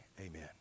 Amen